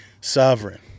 sovereign